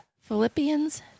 Philippians